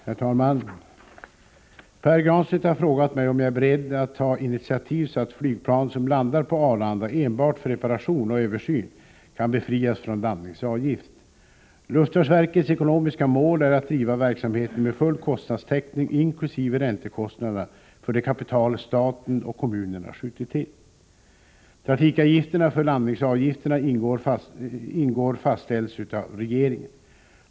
Herr talman! Pär Granstedt har frågat mig om jag är beredd att ta initiativ så att flygplan som landar på Arlanda enbart för reparation och översyn kan befrias från landningsavgift. Luftfartsverkets ekonomiska mål är att driva verksamheten med full kostnadstäckning inkl. räntekostnaderna för det kapital staten och kommunerna skjutit till. Trafikavgifterna, där landningsavgifterna ingår, fastställs av regeringen.